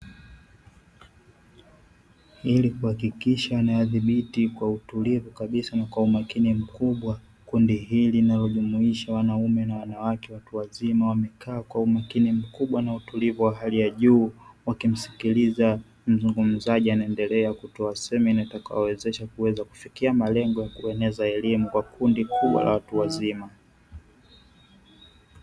Ili kuhakikisha niadhibiti kwa utulivu kabisa na kwa umakini mkubwa kundi hili linalojumuisha wanaume na wanawake watu wazima wamekaa kwa umakini mkubwa na utulivu wa hali ya juu wakimsikiliza mzungumzaji anaendelea kutoa semina itakayowezesha kuweza kufikia malengo ya kueneza elimu kwa kundi kubwa la watu wazima.